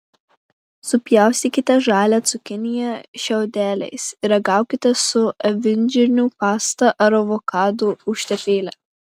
supjaustykite žalią cukiniją šiaudeliais ir ragaukite su avinžirnių pasta ar avokadų užtepėle